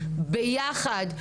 ביחד,